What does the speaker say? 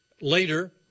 Later